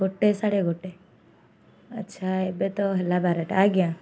ଗୋଟେ ସାଢ଼େ ଗୋଟେ ଆଚ୍ଛା ଏବେ ତ ହେଲା ବାରଟା ଆଜ୍ଞା